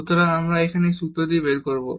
সুতরাং আমরা এখন এই সূত্রটি বের করব